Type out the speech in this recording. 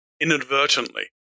inadvertently